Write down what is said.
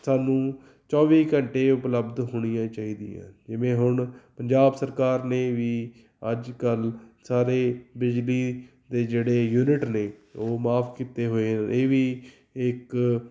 ਸਾਨੂੰ ਚੌਵੀ ਘੰਟੇ ਉਪਲਬਧ ਹੋਣੀਆਂ ਚਾਹੀਦੀਆਂ ਜਿਵੇਂ ਹੁਣ ਪੰਜਾਬ ਸਰਕਾਰ ਨੇ ਵੀ ਅੱਜ ਕੱਲ੍ਹ ਸਾਰੇ ਬਿਜਲੀ ਦੇ ਜਿਹੜੇ ਯੂਨਿਟ ਨੇ ਉਹ ਮੁਆਫ ਕੀਤੇ ਹੋਏ ਇਹ ਵੀ ਇੱਕ